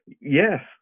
yes